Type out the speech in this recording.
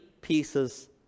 pieces